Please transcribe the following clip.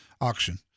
auction